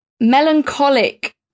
melancholic